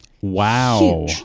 wow